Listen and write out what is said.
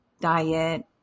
diet